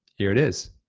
here it is.